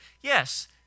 Yes